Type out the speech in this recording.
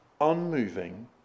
unmoving